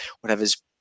whatever's